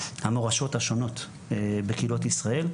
המורשות השונות בקהילות ישראל,